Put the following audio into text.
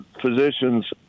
physicians